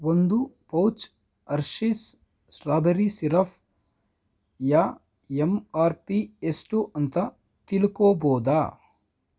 ಒಂದು pouch Hershey's strawberry ಸಿರಫ್ನ M R P ಎಷ್ಟು ಅಂತ ತಿಳ್ಕೊಬೋದಾ